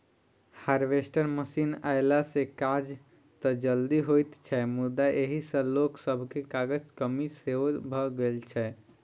harvester machine अयला सॅ काज त जल्दी होइत छै मुदा एहि सॅ लोक सभके काजक कमी सेहो भ गेल छै